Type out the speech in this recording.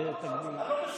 זה תקדים.